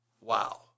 Wow